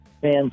fans